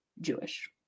Jewish